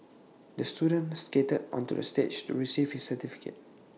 the student skated onto the stage to receive his certificate